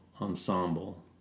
ensemble